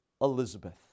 Elizabeth